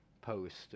post